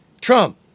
Trump